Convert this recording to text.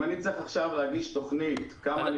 אם אני צריך עכשיו להגיש תוכנית כמה אני